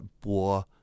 Bo